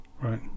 Right